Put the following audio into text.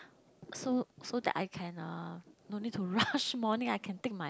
so so that I can uh no need to rush morning I can take my